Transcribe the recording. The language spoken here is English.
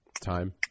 time